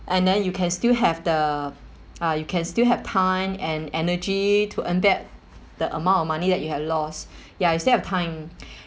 and then you can still have the uh you can still have time and energy to earn that the amount of money that you have lost ya you still have time